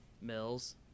Mills